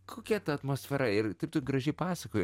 kokia ta atmosfera ir taip tu gražiai pasakojai